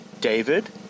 David